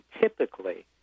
typically